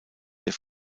der